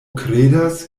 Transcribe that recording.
kredas